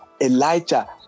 elijah